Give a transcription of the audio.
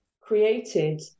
created